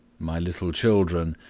my little children,